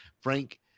Frank